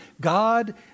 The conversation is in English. God